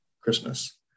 Christmas